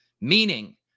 meaning